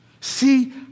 See